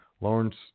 lawrence